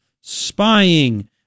spying